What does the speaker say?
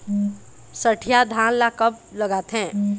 सठिया धान ला कब लगाथें?